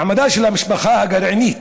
מעמדה של המשפחה הגרעינית,